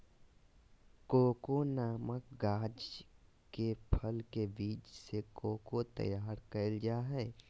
cocoa नामक गाछ के फल के बीज से कोको तैयार कइल जा हइ